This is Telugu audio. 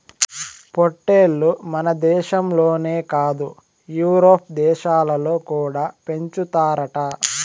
పొట్టేల్లు మనదేశంలోనే కాదు యూరోప్ దేశాలలో కూడా పెంచుతారట